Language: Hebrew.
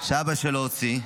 שאבא שלו הוציא,